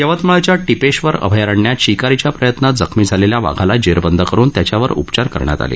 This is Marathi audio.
यवतमाळच्या टिपेश्वर अभयारण्यात शिकारीच्या प्रयत्नात जखमी झालेल्या वाघाला जेरबंद करून त्याच्यावर उपचार करण्यात आले